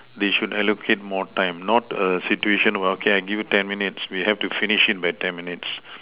they should allocate more time not a situation okay I give you ten minutes we have to finish it by ten minutes